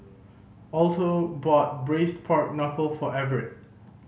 Alto bought Braised Pork Knuckle for Everett